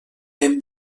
ben